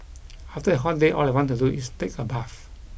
after a hot day all I want to do is take a bath